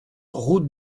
route